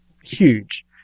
huge